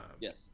Yes